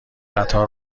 قطار